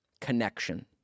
connection